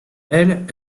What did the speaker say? elles